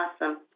Awesome